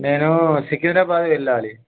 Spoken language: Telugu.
నేను సికింద్రాబాద్ వెళ్ళాలి